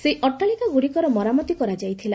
ସେହି ଅଟ୍ଟାଳିକାଗୁଡ଼ିକର ମରାମତି କରାଯାଇଥିଲା